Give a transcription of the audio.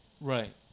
Right